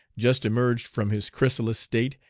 just emerged from his chrysalis state,